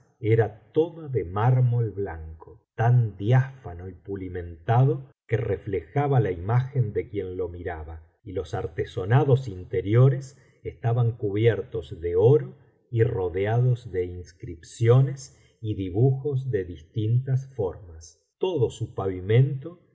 era toda de mármol blanco tan diáfano y pulimentado que reflejaba la imagen de quien lo miraba y los artesonados interiores estaban cubiertos de oro y rodeados de inscripciones y dibujos de distintas formas todo su pavimento